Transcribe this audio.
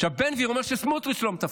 עכשיו, בן גביר אומר שסמוטריץ' לא מתפקד.